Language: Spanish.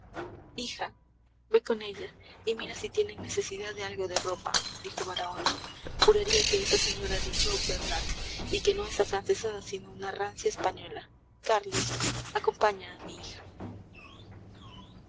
hija ve con ella y mira si tienen necesidad de algo de ropa dijo baraona juraría que esa señora ha dicho verdad y que no es afrancesada sino una rancia española carlos acompaña a mi hija